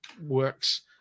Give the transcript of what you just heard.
works